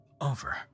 over